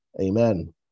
Amen